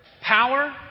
power